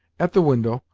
at the window,